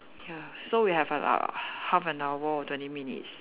ya so we have a uh half an hour or twenty minutes